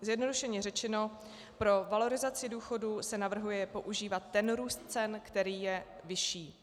Zjednodušeně řečeno pro valorizaci důchodů se navrhuje používat ten růst cen, který je vyšší.